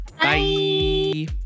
Bye